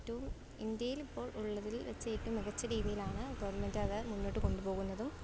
ഏറ്റവും ഇന്ത്യയിൽ ഇപ്പോൾ ഉള്ളതിൽ വച്ച് ഏറ്റവും മികച്ച രീതിയിലാണ് ഗവൺമെൻറ്റ് അത് മുന്നോട്ട് കൊണ്ടുപോകുന്നതും